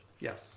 Yes